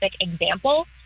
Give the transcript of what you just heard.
example